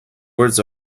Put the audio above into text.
words